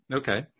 okay